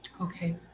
Okay